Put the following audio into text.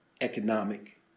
economic